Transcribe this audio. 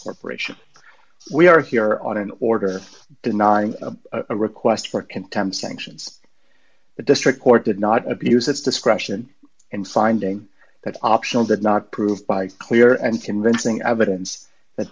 corporation we are here on an order denying a request for contempt sanctions the district court did not abuse its discretion and finding that optional did not prove by clear and convincing evidence that